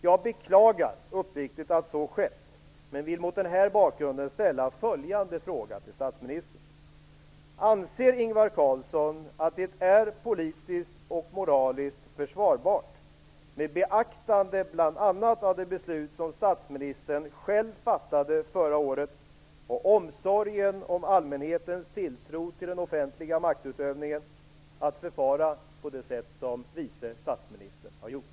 Jag beklagar uppriktigt att så skett, men vill mot den här bakgrunden ställa följande fråga till statsministern: Anser Ingvar Carlsson att det är politiskt och moraliskt försvarbart, med beaktande bl.a. av det beslut statsministern själv fattade förra året och omsorgen om allmänhetens tilltro till den offentliga maktutövningen, att förfara på det sätt som vice statsministern har gjort?